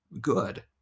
good